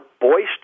boisterous